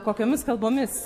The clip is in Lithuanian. kokiomis kalbomis